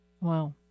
Wow